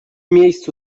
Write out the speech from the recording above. miejscu